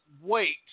wait